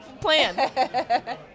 plan